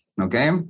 okay